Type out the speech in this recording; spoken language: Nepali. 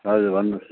हजुर भन्नुहोस्